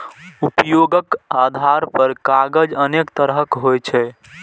उपयोगक आधार पर कागज अनेक तरहक होइ छै